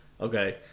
okay